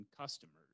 customers